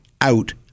out